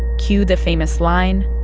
cue the famous line,